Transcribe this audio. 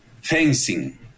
fencing